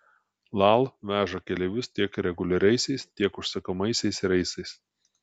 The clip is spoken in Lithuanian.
lal veža keleivius tiek reguliariaisiais tiek užsakomaisiais reisais